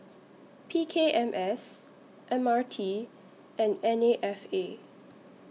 P K M S M R T and N A F A